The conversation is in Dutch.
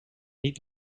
niet